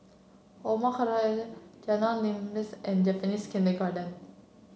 Omar Khayyam Jalan Limau and Japanese Kindergarten